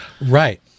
Right